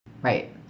Right